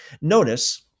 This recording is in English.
Notice